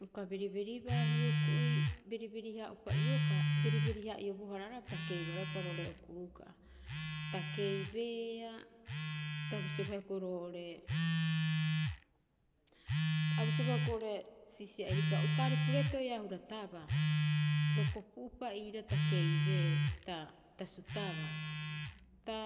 Ioka beribeiribaa hioko'i. beriberi- haa'opa ioka, beriberi- haa'iobohara roga'a pita keibaroepa roo'ore okuuka'a. Ta keibeea, ta bisioba hioko'i roo'ore, a bisioba hioko'i oo'ore siisia'iripa, uka aripu reeto ii'aa a hurataba ro kopu'upa iiraa ta keibeea ta, ta sutabaa. Ta,